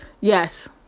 Yes